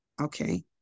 Okay